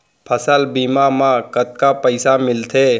फसल बीमा म कतका पइसा मिलथे?